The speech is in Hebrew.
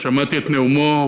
שמעתי את נאומו,